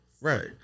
Right